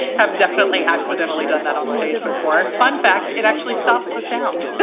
have definitely accidentally done that on stage before. fun fact. it actually stops the sound.